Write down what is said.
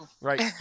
Right